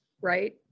right